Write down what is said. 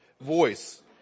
voice